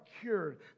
cured